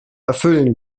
erfüllen